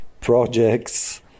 projects